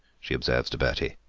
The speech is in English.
she observes to bertie,